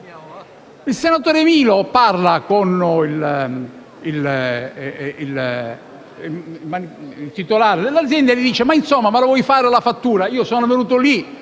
Il senatore Milo parla con il titolare dell'azienda e dice: «Ma insomma, mi vuoi fare la fattura? Sono venuto lì,